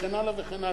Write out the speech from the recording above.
וכן הלאה וכן הלאה.